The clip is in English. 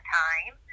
time